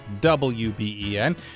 WBEN